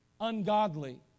ungodly